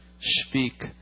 speak